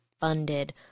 funded